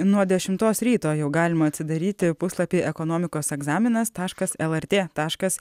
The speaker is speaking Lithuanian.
nuo dešimtos ryto jau galima atsidaryti puslapį ekonomikos egzaminas taškas lrt taškas